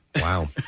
Wow